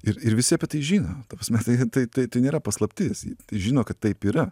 ir ir visi apie tai žino ta prasme tai tai tai nėra paslaptis žino kad taip yra